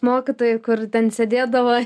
mokytojai kur ten sėdėdavo